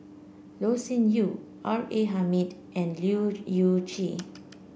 Loh Sin Yun R A Hamid and Leu Yew Chye